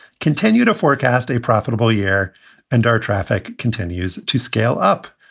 continue to forecast a profitable year and our traffic continues to scale up.